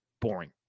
Boring